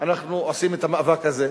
אנחנו עושים את המאבק הזה.